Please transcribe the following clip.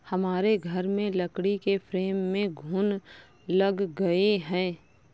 हमारे घर में लकड़ी के फ्रेम में घुन लग गए हैं